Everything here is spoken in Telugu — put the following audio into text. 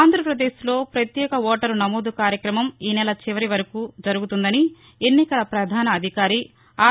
ఆంధ్రాపదేశ్లో పత్యేక ఓటరు నమోదు కార్యక్రమం ఈనెల చివరి వరకు జరుగుతుందని ఎన్నికల ప్రధాన అధికారి ఆర్